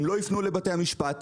הם לא ייפנו לבתי המשפט,